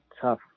tough